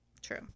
True